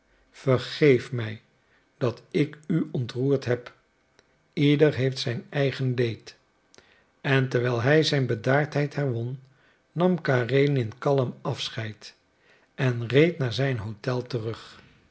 vergeef mij dat ik u ontroerd heb ieder heeft zijn eigen leed en terwijl hij zijn bedaardheid herwon nam karenin kalm afscheid en reed naar zijn hotel terug